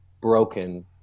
broken